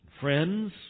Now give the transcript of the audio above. friends